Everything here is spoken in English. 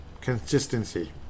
Consistency